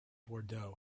bordeaux